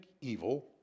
evil